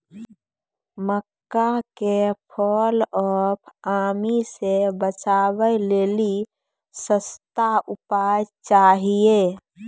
मक्का के fall of army से बचाबै लेली सस्ता उपाय चाहिए?